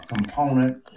component